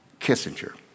Kissinger